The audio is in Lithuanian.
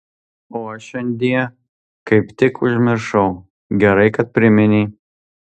o aš šiandie kaip tik užmiršau gerai kad priminei